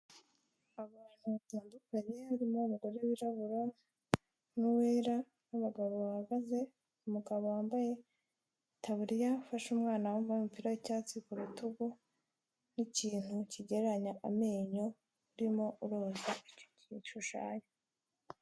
Abantu batandukanye harimo umugore wirabura n'uwera, n'abagabo bahagaze, umugabo wambaye itaburiya afashe umwana wambaye umupira w'icyatsi ku rutugu, n'ikintu kigereranya amenyo, urimo uroza igishushanyo.